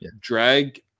drag